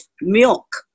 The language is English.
milk